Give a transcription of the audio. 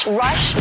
rush